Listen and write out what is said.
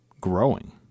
growing